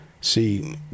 See